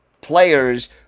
players